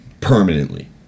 permanently